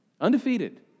Undefeated